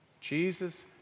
Jesus